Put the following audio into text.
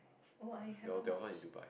oh I haven't watched